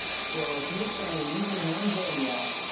so if you're saying these are known zodiac,